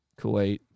Kuwait